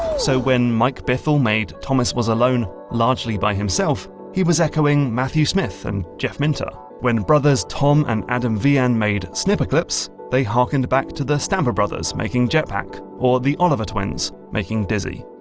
so when mike bithell made thomas was alone largely by himself, he was echoing matthew smith and jeff minter. when brothers tom and adam vian made snipperclips, they harkened back to the stamper brothers making jetpac or the oliver twins making dizzy.